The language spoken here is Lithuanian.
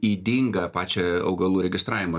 ydingą pačią augalų registravimo